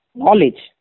knowledge